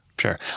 Sure